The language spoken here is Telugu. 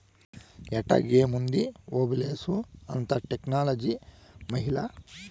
ఎట్టాగేముంది ఓబులేషు, అంతా టెక్నాలజీ మహిమా